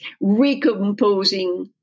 recomposing